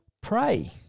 pray